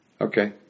Okay